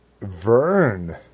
Vern